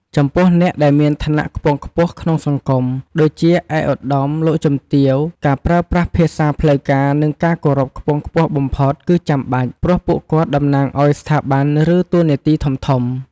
ចំពោះអ្នកដែលមានឋានៈខ្ពង់ខ្ពស់ក្នុងសង្គម ដូចជាឯកឧត្តម លោកជំទាវ ការប្រើប្រាស់ភាសាផ្លូវការ និងការគោរពខ្ពស់បំផុតគឺចាំបាច់ ព្រោះពួកគាត់តំណាងឲ្យស្ថាប័ន ឬតួនាទីធំៗ។